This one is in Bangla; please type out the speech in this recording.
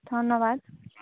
ধন্যবাদ